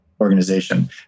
organization